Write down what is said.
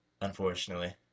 unfortunately